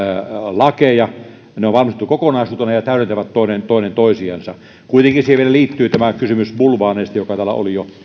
lakeja ne on valmisteltu kokonaisuutena ja täydentävät toisiansa kuitenkin siihen liittyy tämä kysymys bulvaaneista mikä täällä oli jo